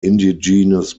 indigenous